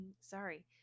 sorry